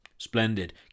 Splendid